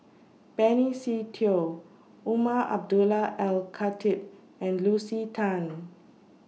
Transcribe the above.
Benny Se Teo Umar Abdullah Al Khatib and Lucy Tan